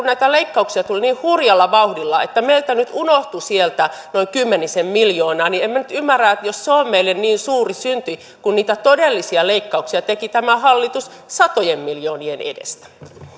näitä leikkauksia tuli niin hurjalla vauhdilla että meiltä unohtui sieltä noin kymmenisen miljoonaa en minä nyt ymmärrä miten se on meille niin suuri synti kun niitä todellisia leikkauksia teki tämä hallitus satojen miljoonien edestä arvoisa